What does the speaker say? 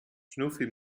schnuffi